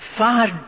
far